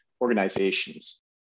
organizations